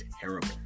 terrible